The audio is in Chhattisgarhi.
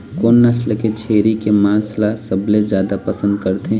कोन नसल के छेरी के मांस ला सबले जादा पसंद करथे?